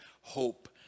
hope